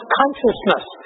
consciousness